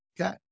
Okay